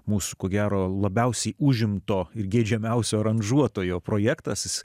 mūsų ko gero labiausiai užimto ir geidžiamiausio aranžuotojo projektas